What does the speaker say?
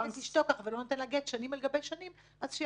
את אשתו ולא נותן לה גט שנים על גבי שנים נכון,